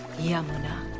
yamuna,